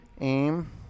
Aim